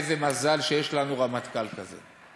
איזה מזל שיש לנו רמטכ"ל כזה.